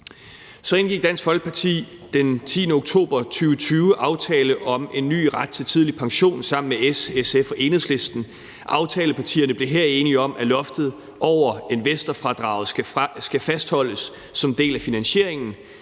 Så indgik Dansk Folkeparti den 10. oktober 2020 aftalen »Ny ret til tidlig pension« sammen med S, SF og Enhedslisten. Aftalepartierne blev her enige om, at loftet over investorfradraget skal fastholdes som en del af finansieringen.